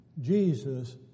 Jesus